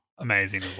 Amazing